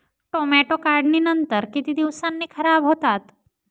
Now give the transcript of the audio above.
Tomato काढणीनंतर किती दिवसांनी खराब होतात?